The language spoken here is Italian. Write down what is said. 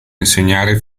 insegnare